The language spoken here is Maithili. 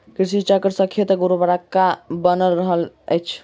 कृषि चक्र सॅ खेतक उर्वरता बनल रहैत अछि